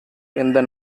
எந்த